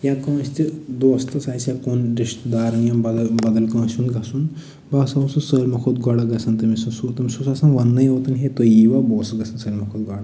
یا کٲنٛسہِ تہِ دوستَس آسہِ ہے کُن رِشتہٕ دارَن یا بَدَل بَدَل کٲنٛسہِ ہُنٛد گَژھُن بہٕ ہَسا اوسُس سٲلمو کھۄتہٕ گۄڈٕ گَژھان تٔمِس سُہ تٔمِس اوس آسان وننَے یوٚت ہے تُہۍ ییٖوا بہٕ اوسُس گَژھان سٲرِوٕے کھۄتہٕ گۄڈٕ